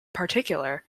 particular